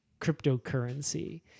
cryptocurrency